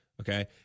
okay